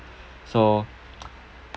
so